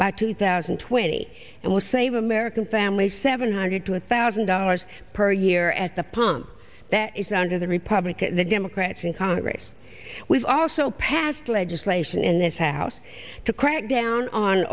by two thousand and twenty and will save american families seven hundred to a thousand dollars per year at the pump that is under the republican the democrats in congress we've also passed legislation in this house to crack down on